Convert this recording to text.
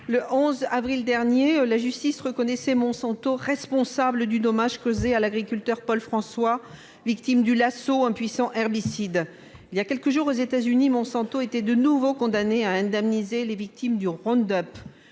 le 11 avril dernier, la justice reconnaissait Monsanto responsable du dommage causé à l'agriculteur Paul François, victime du Lasso, un puissant herbicide. Voilà quelques jours, aux États-Unis, Monsanto était de nouveau condamné à indemniser les victimes du Roundup.